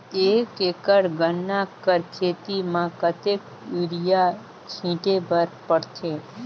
एक एकड़ गन्ना कर खेती म कतेक युरिया छिंटे बर पड़थे?